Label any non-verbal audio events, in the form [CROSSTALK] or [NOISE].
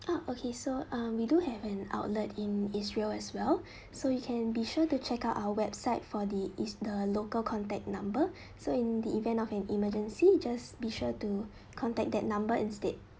ah okay so uh we do have an outlet in israel as well [BREATH] so you can be sure to check out our website for the is the local contact number [BREATH] so in the event of an emergency just be sure to contact that number instead